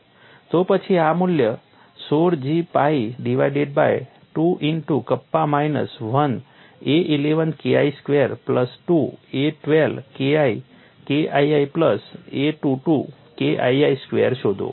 તો પછી આ મૂલ્ય 16 G pi divided by 2 into kappa minus 1 a11 KI square plus 2 a12 KI KII plus a22 KII square શોધો